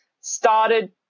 started